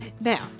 Now